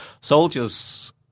Soldiers